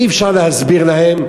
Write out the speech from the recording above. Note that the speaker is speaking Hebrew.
אי-אפשר להסביר להם,